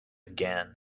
again